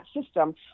system